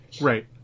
Right